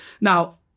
Now